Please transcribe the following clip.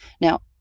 Now